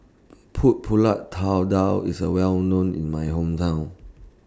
Pulut Tatal IS A Well known in My Hometown